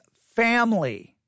family